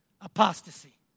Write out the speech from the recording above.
apostasy